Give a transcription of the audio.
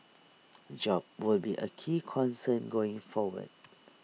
jobs will be A key concern going forward